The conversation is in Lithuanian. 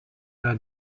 yra